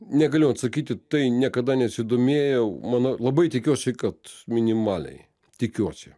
negaliu atsakyti tai niekada nesidomėjau manau labai tikiuosi kad minimaliai tikiuosi